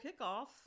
kickoff